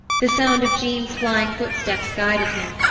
the sound of jean's flying footsteps guided him,